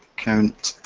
count,